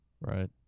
Right